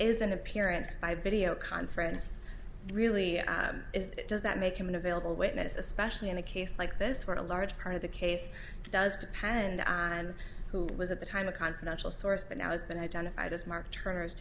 is an appearance by video conference really does that make him an available witness especially in a case like this where a large part of the case does depend on who was at the time a confidential source but now has been identified as mark turner